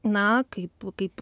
na kaip kaip